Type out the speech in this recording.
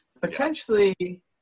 Potentially